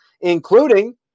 including